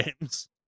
games